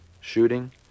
shooting